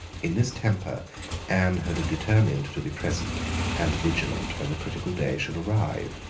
in this temper anne had determined to be present and vigilant when the critical day should arrive.